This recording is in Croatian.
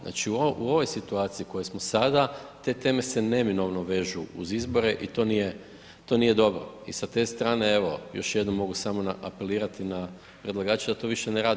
Znači u ovoj situaciji u kojoj smo sada te teme se neminovno vežu uz izbore i to nije dobro i sa te strane evo još jednom samo mogu apelirati na predlagače da to više ne rade.